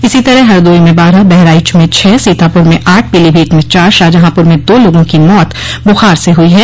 इसी तरह हरदोई में बारह बहराइच में छह सीतापुर में आठ पीलीभीत में चार शाहजहांपुर में दो लोगों की मौत बुखार से हुई है